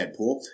Deadpool